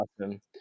awesome